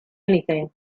anything